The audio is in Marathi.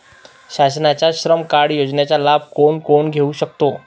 शासनाच्या श्रम कार्ड योजनेचा लाभ कोण कोण घेऊ शकतो?